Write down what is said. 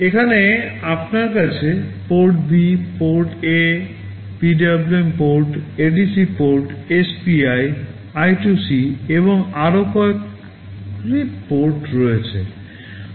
এখানে আপনার কাছে Port B Port A PWM PORT ADC PORT SPI I2C এবং আরও অনেকগুলি PORT রয়েছে